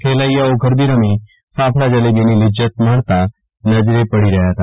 ખેલૈયાઓ ગરબી રમી ફાફડા જલેબીની લિજ્જત માણતા નજરે પડી રહ્યા હતા